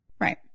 Right